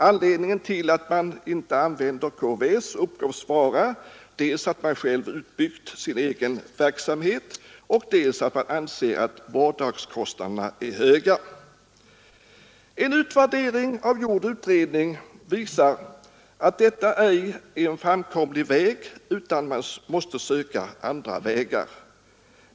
Anledningen till att man inte använder KVS uppgavs vara dels att man själv byggt ut sin egen verksamhet, dels att man anser att vårddagskostna derna är höga. En utvärdering av gjord utredning visar att detta ej är en framkomlig väg, utan man måste söka andra vägar.